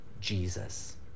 Jesus